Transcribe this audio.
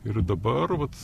ir dabar vat